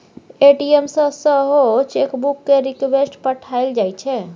ATM सँ सेहो chequebook केर रिक्वेस्ट पठाएल जाइ छै